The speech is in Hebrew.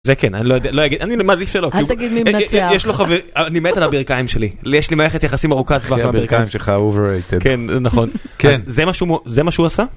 זה כן. אני לא יודע, אני לא אגיד, אני מעדיף שלא. אל תגיד מי מנצח. אני מת על הבירכיים שלי יש לי מערכת יחסים ארוכת טווח עם הבירכיים שלי. הבירכיים שלך אובררייטד. כן זה נכון. כן. זה מה שהוא עשה.